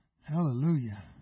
Hallelujah